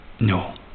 No